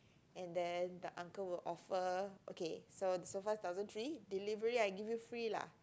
and then the uncle will offer okay so sofa is thousand three delivery I give you free lah